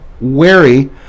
wary